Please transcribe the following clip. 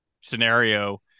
scenario